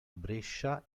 brescia